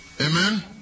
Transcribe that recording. Amen